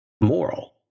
moral